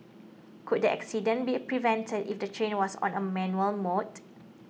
could the accident be prevented if the train was on a manual mode